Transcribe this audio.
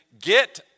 get